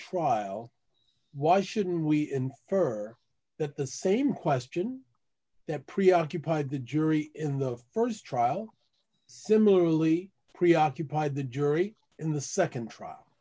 trial why shouldn't we infer that the same question that preoccupied the jury in the st trial similarly preoccupied the jury in the nd trial